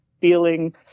feeling